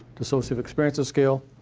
dissociative experiences scale.